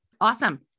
awesome